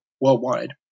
worldwide